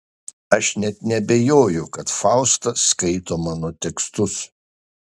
aš net neabejoju kad fausta skaito mano tekstus